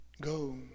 go